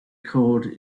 code